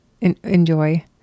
enjoy